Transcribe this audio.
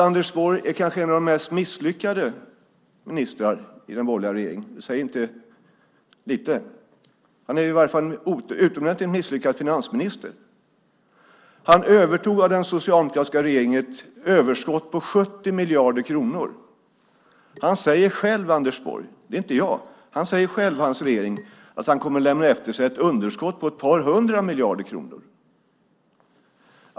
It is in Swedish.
Anders Borg är kanske en av de mest misslyckade ministrarna i den borgerliga regeringen. Det säger inte lite. Han är i varje fall en utomordentligt misslyckad finansminister. Anders Borg övertog av den socialdemokratiska regeringen ett överskott på 70 miljarder kronor. Anders Borg och hans regering - inte jag - säger själva att de kommer att lämna efter sig ett underskott på ett par hundra miljarder kronor.